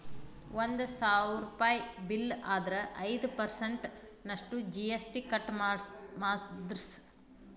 ಒಂದ್ ಸಾವ್ರುಪಯಿ ಬಿಲ್ಲ್ ಆದ್ರ ಐದ್ ಪರ್ಸನ್ಟ್ ನಷ್ಟು ಜಿ.ಎಸ್.ಟಿ ಕಟ್ ಮಾದ್ರ್ಸ್